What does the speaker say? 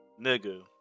Nigga